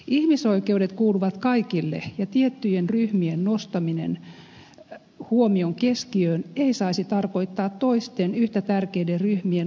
ihmisoikeudet kuuluvat kaikille ja tiettyjen ryhmien nostaminen huomion keskiöön ei saisi tarkoittaa toisten yhtä tärkeiden ryhmien unohtamista